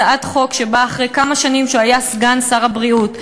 הצעת חוק שבאה אחרי כמה שנים שהוא היה סגן שר הבריאות,